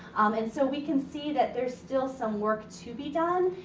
and so, we can see that there's still some work to be done.